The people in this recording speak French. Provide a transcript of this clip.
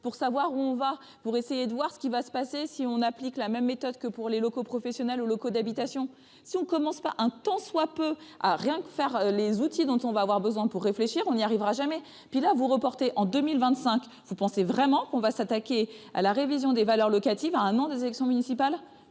pour savoir où on va pour essayer de voir ce qui va se passer si on applique la même méthode que pour les locaux professionnels ou locaux d'habitation, si on commence pas un tant soit peu à rien faire, les outils dont on va avoir besoin pour réfléchir, on n'y arrivera jamais, puis là vous reporter en 2025, vous pensez vraiment qu'on va s'attaquer à la révision des valeurs locatives à un an des élections municipales,